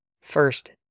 First